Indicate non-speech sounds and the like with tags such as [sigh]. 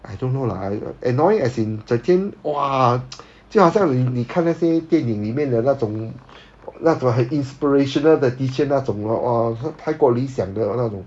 I don't know lah I annoying as in 整天 !wah! [noise] 就好像你你看那些电影里面的那种那种很 inspirational 的 teacher 那种 lor !wah! 他太过理想的那种